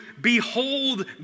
behold